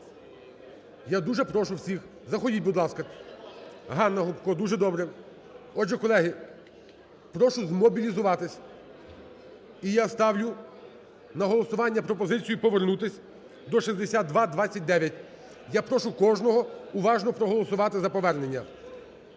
Я дуже прошу всіх, заходьте, будь ласка. Ганна Гопко, дуже добре. Отже, колеги, прошу змобілізуватись. І я ставлю на голосування пропозицію повернутись до 6229. Я прошу кожного уважно проголосувати за повернення.